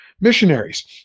missionaries